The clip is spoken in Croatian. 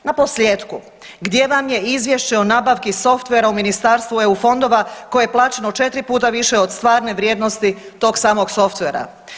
Naposljetku, gdje vam je izvješće o nabavki softvera u Ministarstvu EU fondova koje je plaćeno 4 puta više od stvarne vrijednosti tog samog softvera?